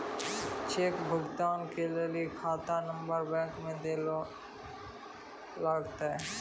cheque भुगतान के लेली खाता नंबर बैंक मे दैल लागतै